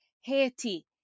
Haiti